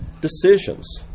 decisions